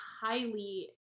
highly